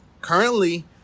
currently